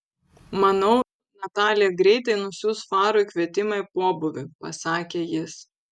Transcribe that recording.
manau natalija greitai nusiųs farui kvietimą į pobūvį pasakė jis